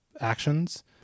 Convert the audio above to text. actions